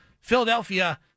Philadelphia